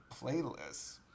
playlists